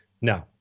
No